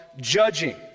judging